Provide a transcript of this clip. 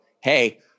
hey